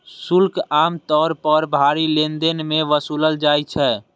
शुल्क आम तौर पर भारी लेनदेन मे वसूलल जाइ छै